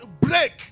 break